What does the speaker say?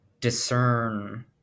discern